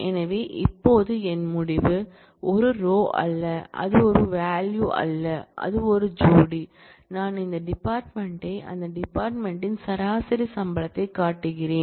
எனவே இப்போது என் முடிவு ஒரு ரோ அல்ல அது ஒரு வால்யூ அல்ல அது ஒரு ஜோடி நான் அந்த டிபார்ட்மென்ட் யையும் அந்தத் டிபார்ட்மென்ட் யில் சராசரி சம்பளத்தையும் காட்டுகிறேன்